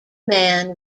man